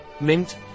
mint